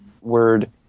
word